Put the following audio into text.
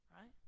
right